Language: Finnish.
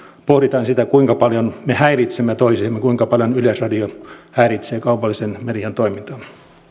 pohditaan sitä kuinka paljon me häiritsemme toisiamme kuinka paljon yleisradio häiritsee kaupallisen median toimintaa